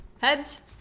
Heads